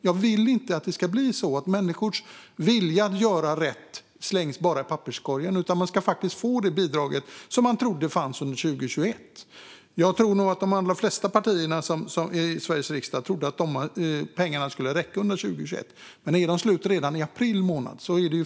Jag vill inte att människors vilja att göra rätt bara slängs i papperskorgen, utan de ska få det bidrag som de trodde skulle finnas under hela 2021. Jag tror att de flesta partier i Sveriges riksdag trodde att pengarna skulle räcka hela året, men nu tog de ju slut redan i april månad.